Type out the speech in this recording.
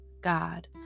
God